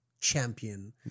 champion